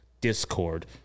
Discord